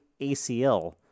ACL